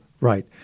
right